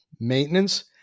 maintenance